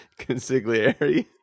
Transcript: consigliere